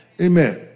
Amen